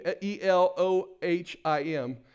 e-l-o-h-i-m